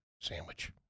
sandwich